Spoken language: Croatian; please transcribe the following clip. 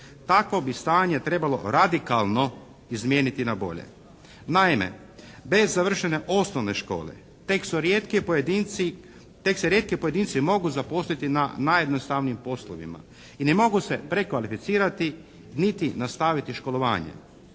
takvo bi stanje trebalo radikalno izmijeniti na bolje. Naime, bez završene osnovne škole tek su rijetki pojedinci, tek se rijetki pojedinci mogu zaposliti na najjednostavnijim poslovima i ne mogu se prekvalificirati niti nastaviti školovanje.